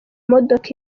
modoka